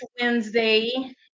Wednesday